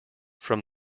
from